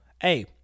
Hey